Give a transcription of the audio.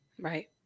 Right